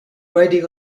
riding